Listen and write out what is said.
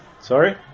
sorry